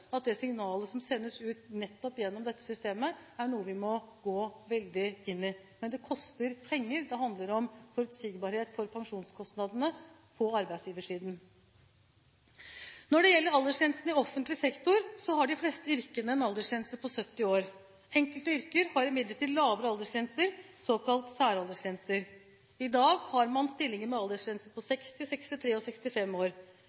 at det signalet som sendes ut nettopp gjennom dette systemet, er noe vi må gå inn i. Men det koster penger – det handler om forutsigbarhet for pensjonskostnadene på arbeidsgiversiden. Når det gjelder aldersgrensene i offentlig sektor, har de fleste yrkene en aldersgrense på 70 år. Enkelte yrker har imidlertid lavere aldersgrenser, såkalt særaldersgrenser. I dag har man stillinger med aldersgrense på 60, 63 og 65 år.